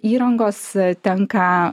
įrangos tenka